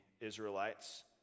Israelites